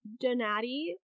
Donati